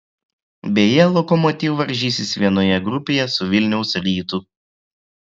beje lokomotiv varžysis vienoje grupėje su vilniaus rytu